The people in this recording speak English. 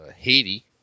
Haiti